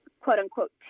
quote-unquote